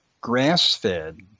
grass-fed